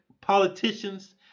politicians